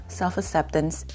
self-acceptance